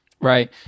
Right